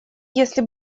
если